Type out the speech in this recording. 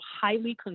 highly